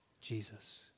Jesus